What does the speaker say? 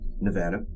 Nevada